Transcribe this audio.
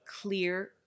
clear